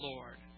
Lord